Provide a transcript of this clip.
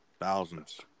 thousands